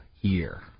year